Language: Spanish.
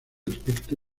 aspecto